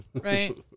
Right